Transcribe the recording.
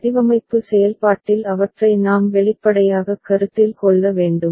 வடிவமைப்பு செயல்பாட்டில் அவற்றை நாம் வெளிப்படையாகக் கருத்தில் கொள்ள வேண்டும்